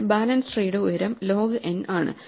ഒരു ബാലൻസ്ഡ്ട്രീയുടെ ഉയരം ലോഗ് n ആണ്